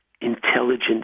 intelligent